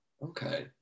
Okay